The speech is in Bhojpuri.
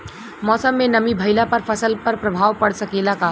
मौसम में नमी भइला पर फसल पर प्रभाव पड़ सकेला का?